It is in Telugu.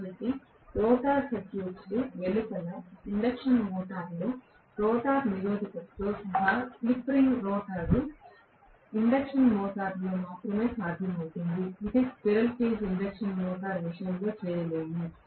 కాబట్టి రోటర్ సర్క్యూట్కు వెలుపల ఇండక్షన్ మోటారులో రోటర్ నిరోధకతతో సహా స్లిప్ రింగ్ రోటర్ ఇండక్షన్ మోటారులో మాత్రమే సాధ్యమవుతుంది ఇది స్క్విరెల్ కేజ్ ఇండక్షన్ మోటార్ విషయంలో చేయలేము